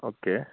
okay